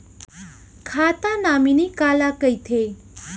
खाता नॉमिनी काला कइथे?